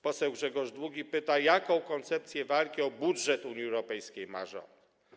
Poseł Grzegorz Długi pyta, jaką koncepcję walki o budżet Unii Europejskiej ma rząd.